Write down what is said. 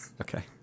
Okay